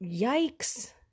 yikes